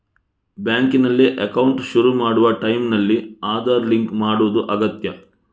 ಬ್ಯಾಂಕಿನಲ್ಲಿ ಅಕೌಂಟ್ ಶುರು ಮಾಡುವ ಟೈಂನಲ್ಲಿ ಆಧಾರ್ ಲಿಂಕ್ ಮಾಡುದು ಅಗತ್ಯ